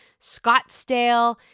Scottsdale